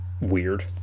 weird